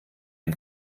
dem